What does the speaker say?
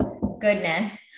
goodness